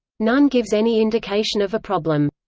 none gives any indication of a problem.